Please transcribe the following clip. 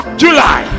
july